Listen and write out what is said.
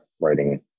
writing